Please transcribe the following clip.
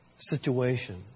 situation